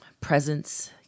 presence